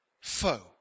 foe